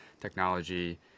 technology